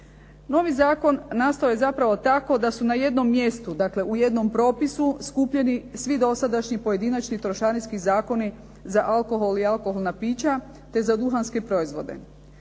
Novi zakon nastao je zapravo tako da su na jednom mjestu, dakle u jednom propisu skupljeni svi dosadašnji pojedinačni trošarinski zakoni za alkohol i alkoholna pića, te za duhanske proizvode.